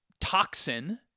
toxin